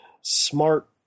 smart